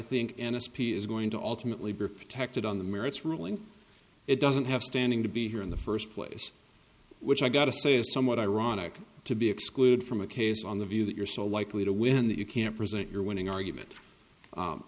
think n s p is going to ultimately be protected on the merits ruling it doesn't have standing to be here in the first place which i got to say is somewhat ironic to be excluded from a case on the view that you're so likely to win that you can't present your winning argument